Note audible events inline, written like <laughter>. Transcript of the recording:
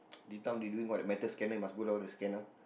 <noise> this time they doing what the metal scanning must go down the scanner